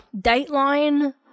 Dateline –